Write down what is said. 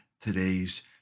today's